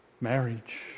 marriage